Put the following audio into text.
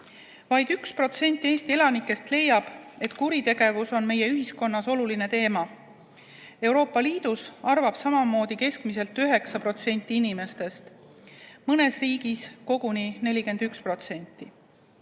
Vaid 1% Eesti elanikest leiab, et kuritegevus on meie ühiskonnas oluline teema. Euroopa Liidus arvab samamoodi keskmiselt 9% inimestest, mõnes riigis koguni 41%.